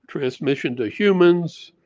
transmission to humans.